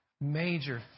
major